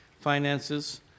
finances